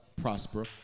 prosper